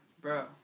bro